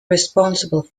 responsible